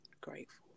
Grateful